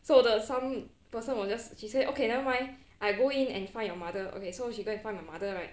so 的 some person was just she said okay nevermind I go in and find your mother okay so she go and find my mother right